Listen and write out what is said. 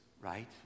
right